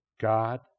God